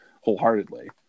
wholeheartedly